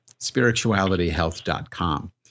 spiritualityhealth.com